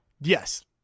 Yes